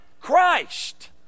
christ